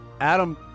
Adam